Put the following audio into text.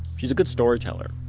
she's a good storyteller.